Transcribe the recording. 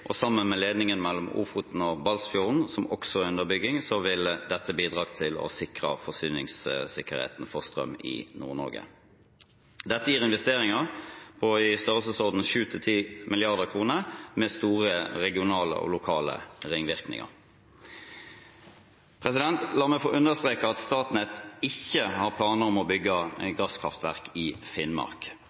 og sammen med ledningen mellom Ofoten og Balsfjord, som også er under bygging, vil dette bidra til å sikre forsyningssikkerheten for strøm i Nord-Norge. Dette gir investeringer på i størrelsesorden 7–10 mrd. kr, med store regionale og lokale ringvirkninger. La meg få understreke at Statnett ikke har planer om å bygge gasskraftverk i Finnmark.